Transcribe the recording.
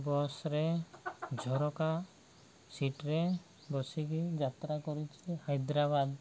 ବସ୍ରେ ଝରକା ସିଟ୍ରେ ବସିକି ଯାତ୍ରା କରିଛି ହାଇଦ୍ରାବାଦ